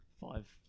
five